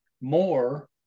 more